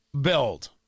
build